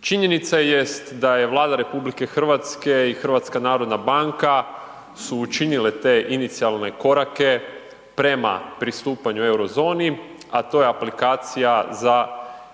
Činjenica jest da je Vlada RH i HNB su učinile te inicijalne korake prema pristupanju euro zoni, a to je aplikacija za